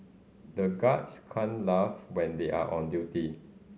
the guards can laugh when they are on duty